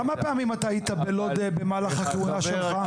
כמה פעמים היית בלוד במהלך הכהונה שלך?